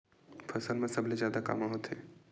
फसल मा सबले जादा कामा होथे?